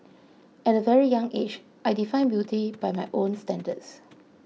at a very young age I defined beauty by my own standards